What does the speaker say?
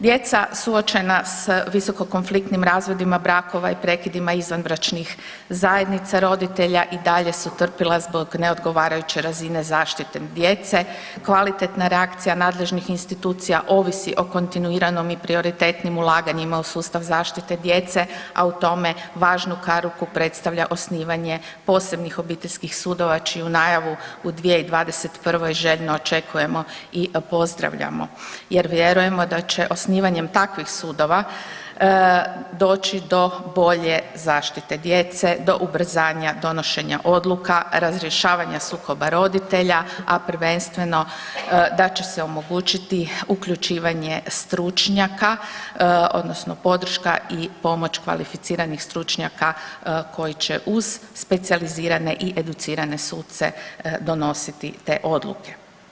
Djeca suočena visoko konfliktnim razvodima brakova i prekida izvanbračnih zajednica roditelja i dalje su trpila zbog neodgovarajuće razine zaštite djece, kvalitetna reakcija nadležnih institucija ovisi o kontinuiranom i prioritetnim ulaganjima u sustav zaštite djece, a u tome važnu kariku predstavlja osnivanje posebnih obiteljskih sudova čiju najavu u 2021. željno očekujemo i pozdravljamo jer vjerujemo da će osnivanjem takvih sudova doći do bolje zaštite djece, do ubrzanja donošenja odluka, razrješavanja sukoba roditelja, a prvenstveno da će se omogućiti uključivanje stručnjaka odnosno podrška i pomoć kvalificiranih stručnjaka koji će uz specijalizirane i educirane suce donositi te odluke.